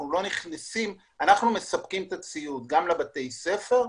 אנחנו מספקים את הציוד לבית הספר,